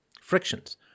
frictions